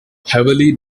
heavily